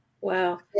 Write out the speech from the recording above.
wow